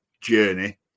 journey